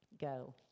go